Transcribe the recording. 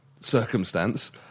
circumstance